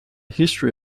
history